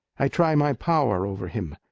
i try my power over him.